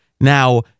Now